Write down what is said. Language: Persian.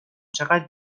چقد